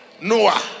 Noah